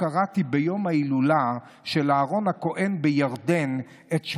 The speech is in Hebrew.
קראתי ביום ההילולה של אהרן הכהן בירדן את